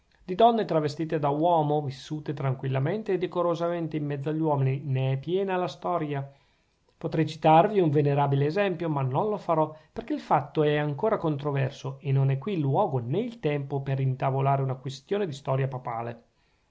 di donne travestite da uomo vissute tranquillamente e decorosamente in mezzo agli uomini ne è piena la storia potrei citarvi un venerabile esempio ma non lo farò perchè il fatto è ancora controverso e non è qui il luogo nè il tempo per intavolare una quistione di storia papale